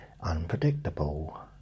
unpredictable